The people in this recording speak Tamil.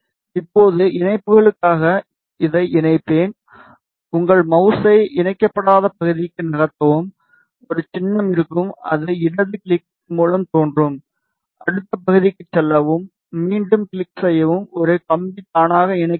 இப்போது இணைப்புகளுக்காக இதை இணைப்பேன் உங்கள் மவுஸை இணைக்கப்படாத பகுதிக்கு நகர்த்தவும் ஒரு சின்னம் இருக்கும் அது இடது கிளிக் மூலம் தோன்றும் அடுத்த பகுதிக்குச் செல்லவும் மீண்டும் கிளிக் செய்யவும் ஒரு கம்பி தானாக இணைக்கப்படும்